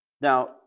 Now